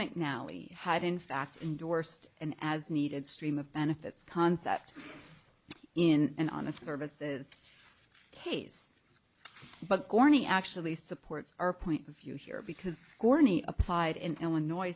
mcnally had in fact endorsed an as needed stream of benefits concept in an honest services case but corney actually supports our point of view here because corny applied in illinois